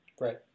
Right